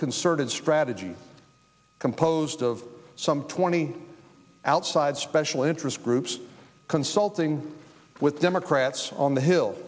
concerted strategy composed of some twenty outside special interest groups consulting with democrats on the hill